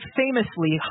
famously